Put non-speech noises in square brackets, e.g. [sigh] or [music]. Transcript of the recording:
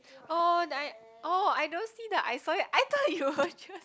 oh I oh I don't see that I saw it I thought you was just [laughs]